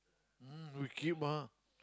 um we keep ah